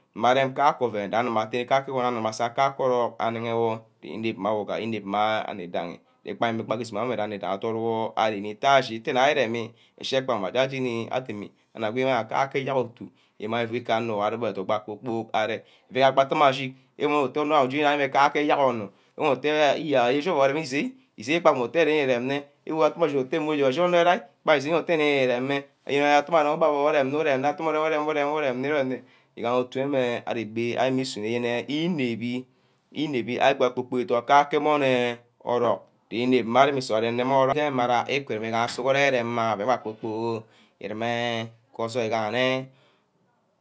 Mma arem kake ouen anu ma atte kake iguni ka ke orock anige-wor inep mma awor, inep mma onor idangi jepa, jepa wi sumeh aje ani dangi adot wor ari itah ashini gai eremi isheh kpa mma jeni ajeni adimi agwe imanga ka ke eyerk otu imang ifu ika onor eduba kpor kpork arem, meh bang atte meh ashi udowo atteh onor wor ushina ire kake eyerk onor enwo ette yene ushim ouen wor aremeh ishi- ishini igbange irem nne iwob meh ador atte ashini onor uai gbage iteh ireme atte may obor wor urem na urem nna ateme urem urem uremnni igaha ufu enweh ari gbi sunor yene inebbi, inebbi ari gba idor bah kake emon eh orock inep meh ari su ke emon orock enera uku egaha sughuren uremma ouen nna kpor-kpork ereme ke osoi igaha me